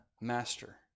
Master